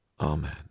amen